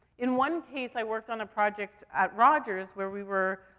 in one case, i worked on a project at rogers, where we were,